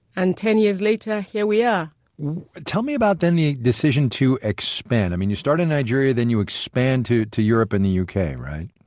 and ten years later, here we are tell me about, then, the decision to expand. i mean, you started in nigeria, then you expand to to europe and the u k, right?